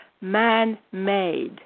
man-made